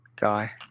Guy